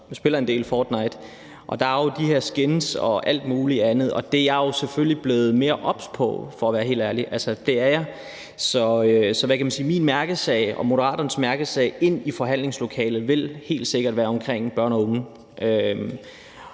og spiller en del »Fortnite« – og der er jo de her skins og alt muligt andet. Og det er jeg selvfølgelig blevet mere obs på, for at være helt ærlig, det er jeg. Så min mærkesag og Moderaternes mærkesag inde i forhandlingslokalet vil helt sikkert være børn og unge